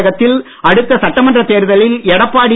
தமிழகத்தில் அடுத்த சட்டமன்றத் தேர்தலில் எடப்பாடி திரு